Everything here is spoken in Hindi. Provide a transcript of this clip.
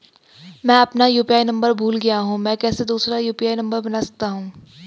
मैं अपना यु.पी.आई नम्बर भूल गया हूँ मैं कैसे दूसरा यु.पी.आई नम्बर बना सकता हूँ?